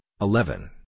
eleven